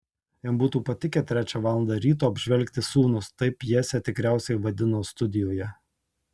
jam būtų patikę trečią valandą ryto apžvelgti sūnus taip pjesę tikriausiai vadino studijoje